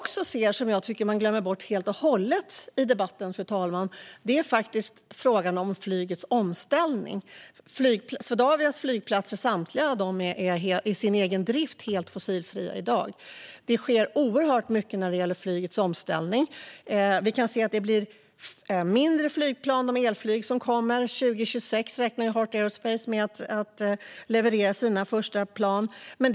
Något som man glömmer bort helt och hållet i debatten, fru talman, är frågan om flygets omställning. Den egna driften av Swedavias samtliga flygplatser är i dag helt fossilfri. Det sker oerhört mycket när det gäller flygets omställning. Flygplanen som kommer blir mindre. Heart Aerospace räknar med att leverera sina första elplan 2026.